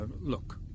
look